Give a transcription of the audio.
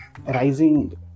Rising